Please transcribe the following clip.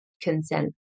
consent